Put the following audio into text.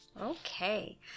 Okay